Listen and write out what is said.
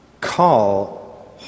call